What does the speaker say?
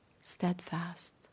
steadfast